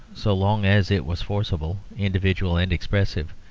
so long as it was forcible, individual, and expressive,